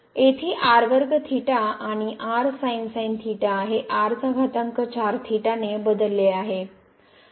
येथे आणि हे ने बदलले आहे